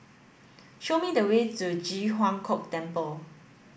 show me the way to Ji Huang Kok Temple